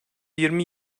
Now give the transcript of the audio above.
yirmi